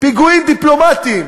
פיגועים דיפלומטיים,